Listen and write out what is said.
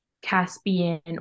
caspian